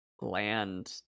land